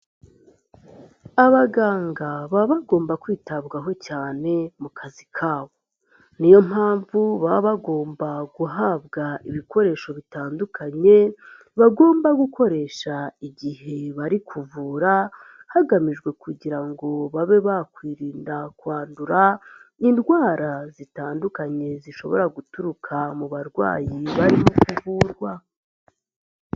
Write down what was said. Abaganga baba bagomba kwitabwaho cyane mu kazi kabo, ni yo mpamvu baba bagomba guhabwa ibikoresho bitandukanye bagomba gukoresha igihe bari kuvura hagamijwe kugira ngo babe bakwirinda kwandura indwara zitandukanye zishobora guturuka mu barwayi barimo kuvurwa.